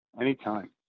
Anytime